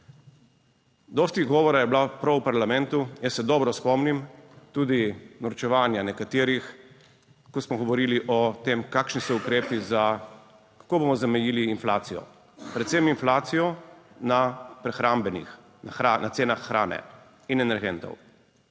Dosti govora je bilo prav v parlamentu, jaz se dobro spomnim, tudi norčevanja nekaterih, ko smo govorili o tem kakšni so ukrepi za kako bomo zamejili inflacijo, predvsem inflacijo na prehrambenih, na cenah hrane in energentov.